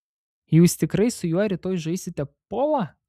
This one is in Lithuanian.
jūs tikrai su juo rytoj žaisite polą